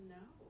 no